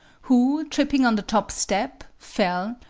who, tripping on the top step, fell,